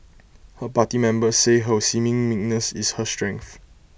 her party members say her seeming meekness is her strength